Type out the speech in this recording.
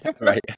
right